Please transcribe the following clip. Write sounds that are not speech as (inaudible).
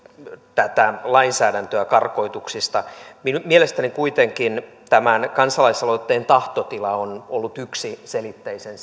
tätä lainsäädäntöä karkotuksista mielestäni kuitenkin tämän kansalaisaloitteen tahtotila on ollut yksiselitteisen (unintelligible)